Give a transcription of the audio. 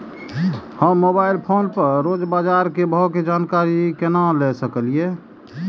हम mobile phone पर रोज बाजार के भाव के जानकारी केना ले सकलिये?